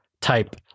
type